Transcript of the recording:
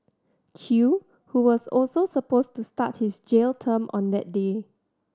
Chew who was also supposed to start his jail term on that day